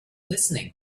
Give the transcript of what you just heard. listening